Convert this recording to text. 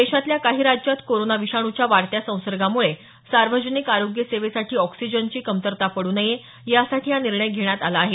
देशातल्या काही राज्यात कोरोना विषाणूच्या वाढत्या संसर्गामुळे सार्वजनिक आरोग्य सेवेसाठी ऑक्सिजनची कमतरता पड्र नये यासाठी हा निर्णय घेण्यात आला आहे